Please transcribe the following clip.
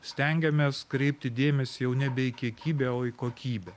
stengiamės kreipti dėmesį jau nebe į kiekybę o į kokybę